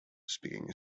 speaking